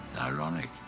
Ironic